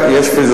מה זה יעכב?